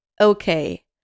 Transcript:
Okay